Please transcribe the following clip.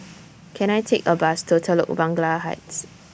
Can I Take A Bus to Telok Blangah Heights